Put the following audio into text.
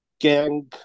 gang